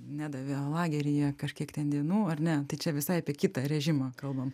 nedavė lageryje kažkiek dienų ar ne tai čia visai apie kitą režimą kalbam